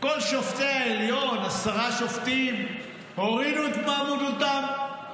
כל שופטי העליון, עשרה שופטים, הסירו את מועמדותם.